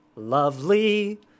Lovely